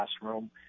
classroom